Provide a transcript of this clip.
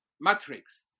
matrix